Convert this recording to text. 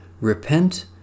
Repent